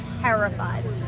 terrified